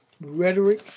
rhetoric